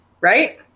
Right